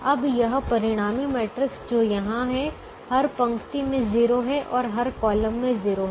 अब यह परिणामी मैट्रिक्स जो यहाँ है हर पंक्ति में 0 है और हर कॉलम में 0 है